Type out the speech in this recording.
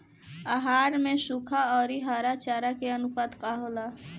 आहार में सुखा औरी हरा चारा के आनुपात का होला?